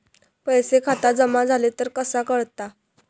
पैसे खात्यात जमा झाले तर कसा कळता?